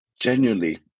genuinely